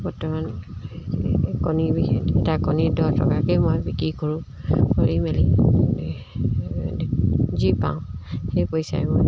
বৰ্তমান কণী বিক্ৰী এটা কণী দহ টকাকৈ মই বিক্ৰী কৰোঁ কৰি মেলি যি পাওঁ সেই পইচাৰে মই